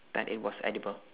that it was edible